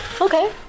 Okay